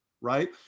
right